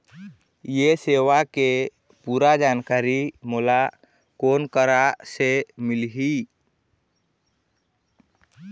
ये सेवा के पूरा जानकारी मोला कोन करा से मिलही?